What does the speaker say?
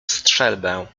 strzelbę